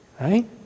right